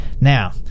Now